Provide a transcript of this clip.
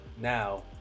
now